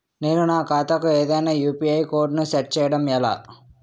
నేను నా ఖాతా కు ఏదైనా యు.పి.ఐ కోడ్ ను సెట్ చేయడం ఎలా?